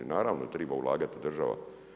Naravno treba ulagati država.